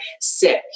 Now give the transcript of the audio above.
sick